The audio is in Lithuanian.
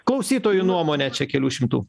klausytojų nuomone čia kelių šimtų